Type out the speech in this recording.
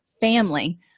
family